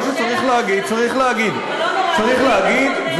מה שצריך להגיד, צריך להגיד.